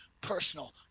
personal